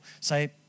say